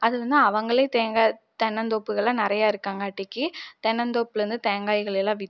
அது வந்து அவங்களே தேங்காய் தென்னந்த்தோப்புகள்லாம் நிறையா இருக்காங்காடிக்கு தென்னந்தோப்பிலேருந்து தேங்காய்கள் எல்லாம் விற்று